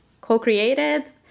co-created